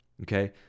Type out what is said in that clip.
Okay